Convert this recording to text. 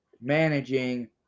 managing